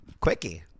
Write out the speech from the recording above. Quickie